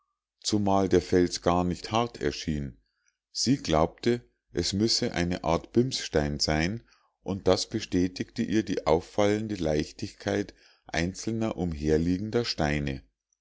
zumal der fels gar nicht hart erschien sie glaubte es müsse eine art bimsstein sein und das bestätigte ihr die auffallende leichtigkeit einzelner umherliegender steine